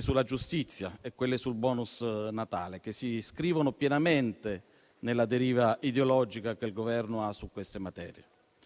sulla giustizia e quelle sul *bonus* Natale, che si iscrivono pienamente nella deriva ideologica che il Governo ha imboccato su queste materie.